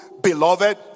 beloved